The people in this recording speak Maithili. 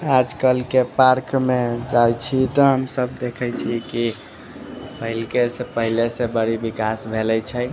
आज कलके पार्कमे जाइ छी तऽ हमसब देखै छी की पहिलेसँ पहिलेसँ बड़ी विकास भेलै छै